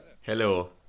Hello